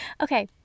Okay